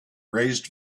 raised